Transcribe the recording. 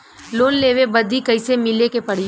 Loan लेवे बदी कैसे मिले के पड़ी?